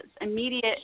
immediate